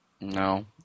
No